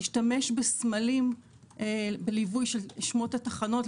להשתמש בסמלים בליווי של שמות התחנות,